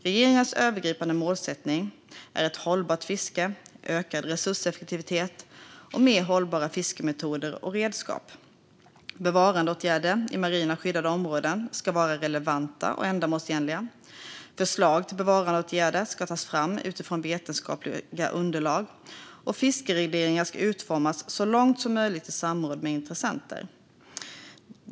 Regeringens övergripande målsättning är ett hållbart fiske, ökad resurseffektivitet och mer hållbara fiskemetoder och redskap. Bevarandeåtgärder i marina skyddade områden ska vara relevanta och ändamålsenliga. Förslag till bevarandeåtgärder ska tas fram utifrån vetenskapliga underlag, och fiskeregleringar ska utformas så långt möjligt i samråd med intressenter.